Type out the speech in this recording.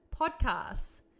podcasts